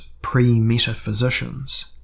pre-metaphysicians